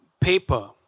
paper